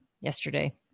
yesterday